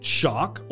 shock